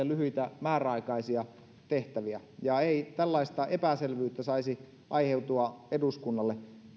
lyhyitä määräaikaisia tehtäviä ei tällaista epäselvyyttä saisi aiheutua eduskunnalle